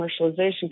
commercialization